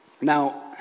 Now